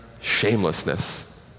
shamelessness